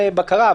בקרה.